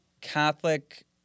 Catholic